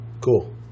cool